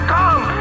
come